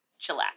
chillax